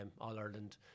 All-Ireland